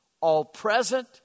all-present